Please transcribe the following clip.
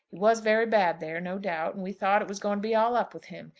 he was very bad there, no doubt, and we thought it was going to be all up with him.